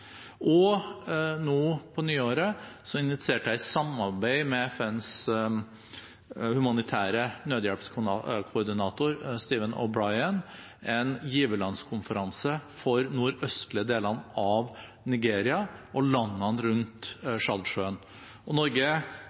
Og nå på nyåret inviterte jeg i samarbeid med FNs humanitære nødhjelpskoordinator, Stephen O’Brien, til en giverlandskonferanse for de nordøstlige delene av Nigeria og landene rundt Tsjadsjøen. Norge lovte 1,6 mrd. norske kroner i år og